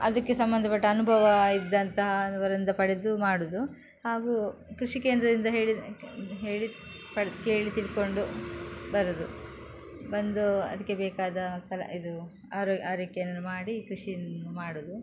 ಅದಕ್ಕೆ ಸಂಬಂಧಪಟ್ಟ ಅನುಭವ ಇದ್ದಂತಹ ಅವರಿಂದ ಪಡೆದು ಮಾಡುವುದು ಹಾಗೂ ಕೃಷಿ ಕೇಂದ್ರದಿಂದ ಹೇಳಿ ಹೇಳಿ ಪಡ್ದು ಕೇಳಿ ತಿಳ್ಕೊಂಡು ಬರುವುದು ಬಂದು ಅದಕ್ಕೆ ಬೇಕಾದ ಸಲ ಇದು ಆರೊ ಆರೈಕೆಯನ್ನು ಮಾಡಿ ಕೃಷಿಯನ್ನು ಮಾಡುವುದು